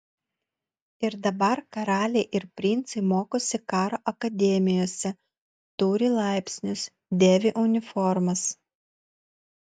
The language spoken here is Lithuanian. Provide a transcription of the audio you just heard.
ir dabar karaliai ir princai mokosi karo akademijose turi laipsnius dėvi uniformas